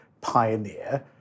pioneer